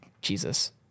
Jesus